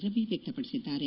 ರವಿ ವ್ಯಕ್ತಪಡಿಸಿದ್ದಾರೆ